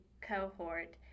cohort